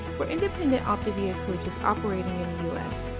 for independent optavia coaches operating in the u s,